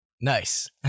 Nice